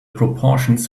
proportions